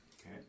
Okay